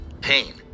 pain